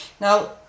Now